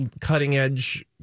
cutting-edge